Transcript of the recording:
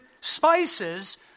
spices